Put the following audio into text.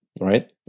right